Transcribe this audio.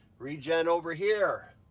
regen over here,